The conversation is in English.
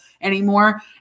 anymore